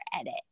edit